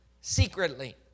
secretly